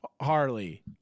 harley